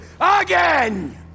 again